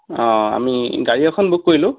অঁ আমি গাড়ী এখন বুক কৰিলোঁ